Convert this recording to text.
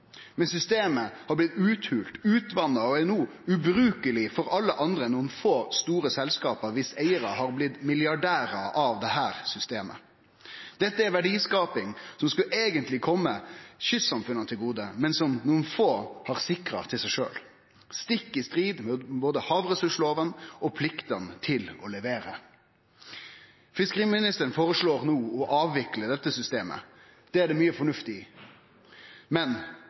Men systemet har blitt uthola, utvatna og er no ubrukeleg for alle andre enn nokre få store selskap der eigarane har blitt milliardærar med dette systemet. Dette er verdiskaping som eigentleg skulle kome kystsamfunna til gode, men som nokon få har sikra til seg sjølve, stikk i strid med både havressurslova og pliktane til å levere. Fiskeriministeren føreslår no å avvikle dette systemet. Det er det mykje fornuft i, men